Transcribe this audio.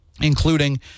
including